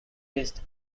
least